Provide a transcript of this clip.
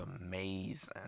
amazing